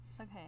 Okay